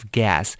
gas